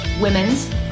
women's